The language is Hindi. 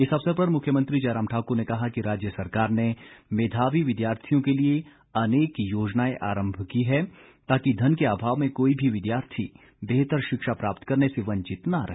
इस अवसर पर मुख्यमंत्री जयराम ठाकुर ने कहा कि राज्य सरकार ने मेधावी विद्यार्थियों के लिए अनेक योजनाएं आरंभ की हैं ताकि धन के अभाव में कोई भी विद्यार्थी बेहतर शिक्षा प्राप्त करने से वंचित न रहे